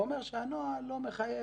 הוא אומר שהנוהל לא מחייב,